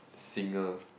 singer